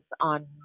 on